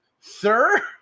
sir